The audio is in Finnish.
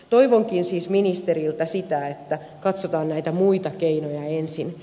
toivonkin siis ministeriltä sitä että katsotaan näitä muita keinoja ensin